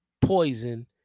Poison